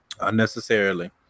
Unnecessarily